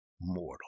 mortal